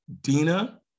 Dina